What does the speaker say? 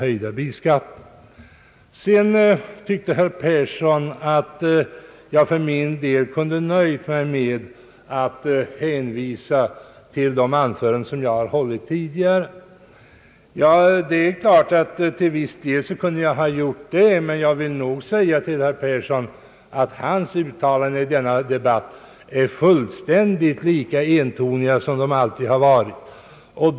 Herr Persson tyckte att jag kunde nöjt mig med att hänvisa till de anföranden jag hållit tidigare. Ja, till viss del, men jag vill nog säga till herr Persson, att även hans uttalanden i denna debatt är lika entoniga som de alltid varit.